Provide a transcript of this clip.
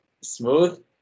Smooth